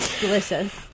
delicious